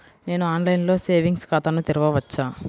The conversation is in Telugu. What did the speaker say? నేను ఆన్లైన్లో సేవింగ్స్ ఖాతాను తెరవవచ్చా?